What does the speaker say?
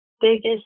biggest